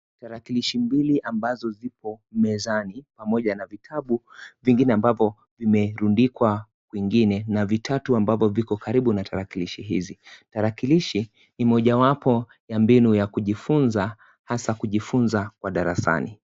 Tarakilishi mbili ambazo zipo mezani, pamoja na vitabu vingine ambapo vimerundikwa kwingine na vitatu ambavyo viko karibu na tarakilishi hizi. Tarakilishi ni moja wapo ya mbinu ya kujifunza, hasa kujifunza kwa darasani.